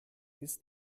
ist